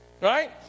right